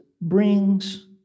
brings